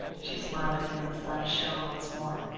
she smiled at him and the sun shone once more.